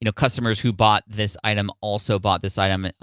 you know customers who bought this item also bought this item. and